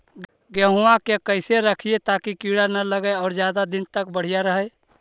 गेहुआ के कैसे रखिये ताकी कीड़ा न लगै और ज्यादा दिन तक बढ़िया रहै?